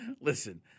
listen